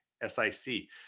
S-I-C